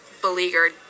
beleaguered